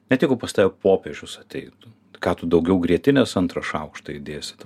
net jeigu pas tave popiežius ateitų ką tu daugiau grietinės antrą šaukštą įdėsi ten